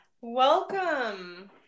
Welcome